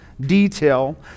Detail